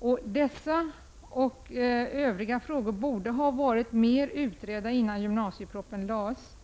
ha. Dessa och övriga frågor borde ha blivit mer utredda innan gymnasiepropositionen lades fram.